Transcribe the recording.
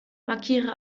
markiere